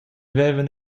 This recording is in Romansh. vevan